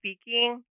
speaking